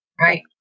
Right